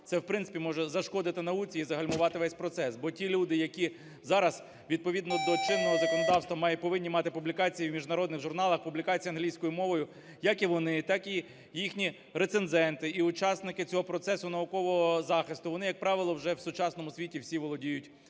Це, в принципі, може зашкодити науці і загальмувати весь процес, бо ті люди, які зараз відповідно до чинного законодавства повинні мати публікації в міжнародних журналах, публікації англійською мовою, як і вони, так і їхні рецензенти, і учасники цього процесу наукового захисту, вони, як правило, вже в сучасному світі всі володіють